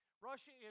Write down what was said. Russia